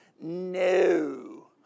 no